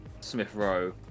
Smith-Rowe